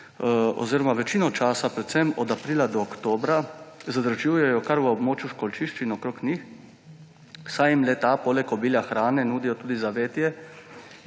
oziroma večino časa predvsem od aprila do oktobra zadržujejo kar v območju školjčišč in okrog njih, saj jim le-ta poleg obilja hrane nudijo tudi zavetje